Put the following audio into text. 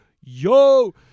Yo